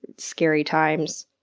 scary times,